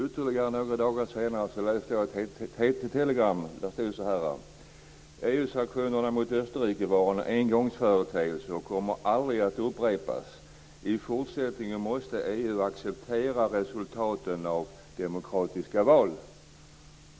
Ytterligare några dagar senare läste jag ett TT telegram där det stod: EU-sanktionerna mot Österrike var en engångsföreteelse och kommer aldrig att upprepas. I fortsättningen måste EU acceptera resultaten av demokratiska val.